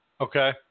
Okay